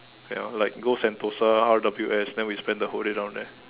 well like go Sentosa R_W_S and then we spend the whole day down there